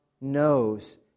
knows